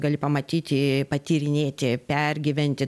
gali pamatyti patyrinėti pergyventi